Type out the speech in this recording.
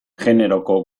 generoko